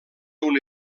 una